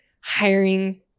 hiring